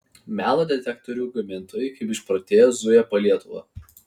melo detektorių gamintojai kaip išprotėję zuja po lietuvą